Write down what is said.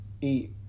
eat